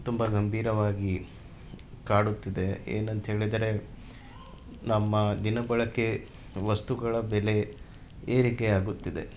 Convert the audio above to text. ತುಂಬಾ ಗಂಭೀರವಾಗಿ ಕಾಡುತ್ತಿದೆ ಏನಂತೇಳಿದರೆ ನಮ್ಮ ದಿನ ಬಳಕೆ ವಸ್ತುಗಳ ಬೆಲೆ ಏರಿಕೆ ಆಗುತ್ತಿದೆ